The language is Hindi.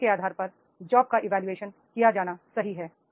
खोजने के आधार पर जॉब्स का इवोल्यूशन किया जाना सही है